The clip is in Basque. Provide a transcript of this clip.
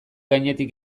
gainetik